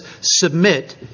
submit